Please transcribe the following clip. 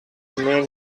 man